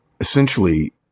essentially